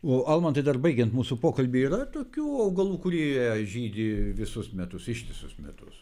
o almantui dar baigiant mūsų pokalbį yra tokių augalų kurie žydi visus metus ištisus metus